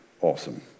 awesome